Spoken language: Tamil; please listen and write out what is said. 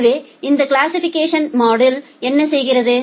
எனவே இந்த கிளாசிசிபிகேஷன் மாடல் என்ன செய்கிறது